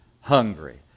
hungry